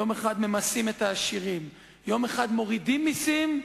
יום אחד ממסים את העשירים, יום אחד מורידים מסים,